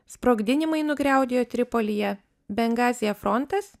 sprogdinimai nugriaudėjo tripolyje bengazyje frontas